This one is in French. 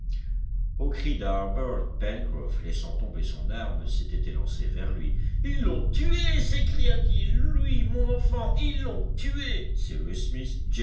au cri d'harbert pencroff laissant tomber son arme s'était élancé vers lui ils l'ont tué s'écria-t-il lui mon enfant ils l'ont tué